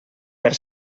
per